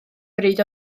bryd